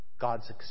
God's